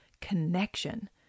connection